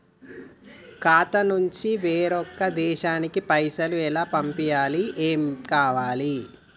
ఖాతా నుంచి వేరొక దేశానికి పైసలు ఎలా పంపియ్యాలి? ఏమేం కావాలి?